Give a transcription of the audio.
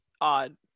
odd